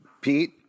Pete